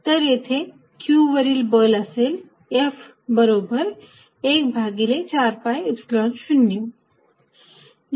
तर इथे q वरील बल असेल F बरोबर 1 भागिले 4 pi Epsilon 0